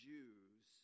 Jews